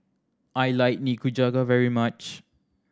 I like Nikujaga very much